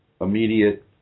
immediate